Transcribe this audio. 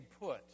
put